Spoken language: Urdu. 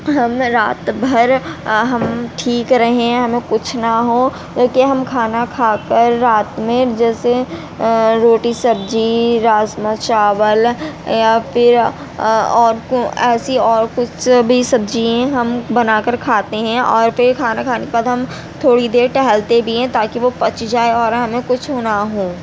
ہم رات بھر ہم ٹھیک رہیں ہمیں کچھ نہ ہو کیوںکہ ہم کھانا کھا کر رات میں جیسے روٹی سبزی راجما چاول یا پھر اور کو ایسی اور کچھ بھی سبزی ہم بنا کر کھاتے ہیں اور پھر کھانا کھا نے کے بعد ہم تھوڑی دیر ٹہلتے بھی ہیں تاکہ وہ پچ جائے اور ہمیں کچھ نہ ہو